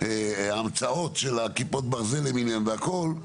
המצאות של כיפות ברזל למיניהן והכל,